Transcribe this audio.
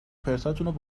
پرتاتون